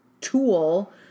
tool